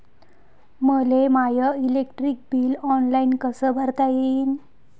मले माय electric bill online कस भरता येईन?